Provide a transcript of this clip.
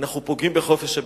אנחנו פוגעים בחופש הביטוי.